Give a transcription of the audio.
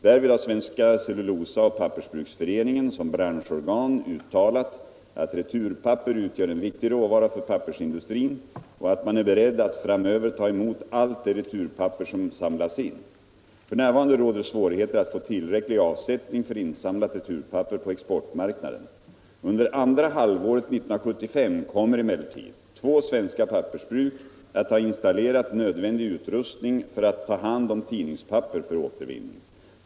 Därvid har Svenska cellulosaoch pappersbruksföreningen som branschorgan uttalat att returpapper utgör en viktig råvara för pappersindustrin och att man är beredd att framöver ta emot allt det returpapper som samlas in. F.n. råder svårigheter att få tillräcklig avsättning för insamlat returpapper på exportmarknaden. Under andra halvåret 1975 kommer emellertid två svenska pappersbruk att ha installerat nödvändig utrustning för att ta hand om tidningspapper för återvinning.